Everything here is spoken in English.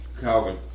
Calvin